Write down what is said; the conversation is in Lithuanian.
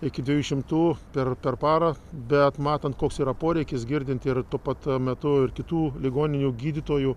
iki dviejų šimtų per per parą bet matant koks yra poreikis girdinti ir tuo pat metu ir kitų ligoninių gydytojų